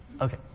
Okay